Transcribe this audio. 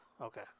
Okay